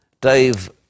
Dave